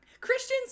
christians